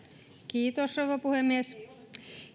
kiitos rouva puhemies